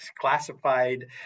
classified